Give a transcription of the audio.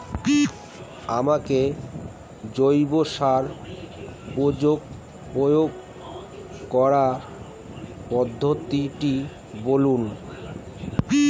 আমাকে জৈব সার প্রয়োগ করার পদ্ধতিটি বলুন?